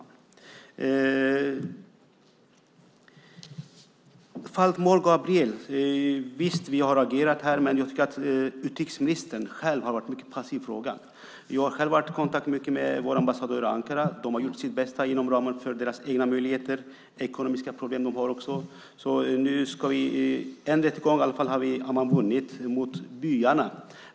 I fallet Mor Gabriel tycker jag att utrikesministern har varit mycket passiv. Jag har själv varit i kontakt med vår ambassad i Ankara. Där har man gjort sitt bästa inom ramen för sina möjligheter. Det är också ekonomiska problem. En rättegång har man i varje fall vunnit mot byarna.